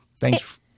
Thanks